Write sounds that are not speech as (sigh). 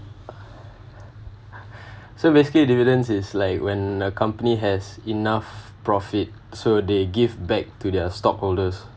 (breath) so basically dividends is like when a company has enough profit so they give back to their stockholders